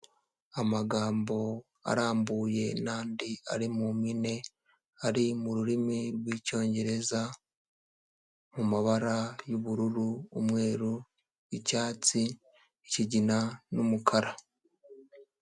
Amagambo arambuye nandi ari mu mpine ari mu rurimi rw'icyongereza mu mabara y'ubururu umweru n'icyatsi ikigina n'umukara.